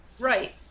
Right